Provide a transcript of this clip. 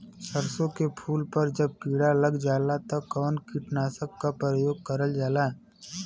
सरसो के फूल पर जब किड़ा लग जाला त कवन कीटनाशक क प्रयोग करल जाला?